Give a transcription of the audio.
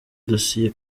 dossier